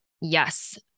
Yes